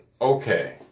Okay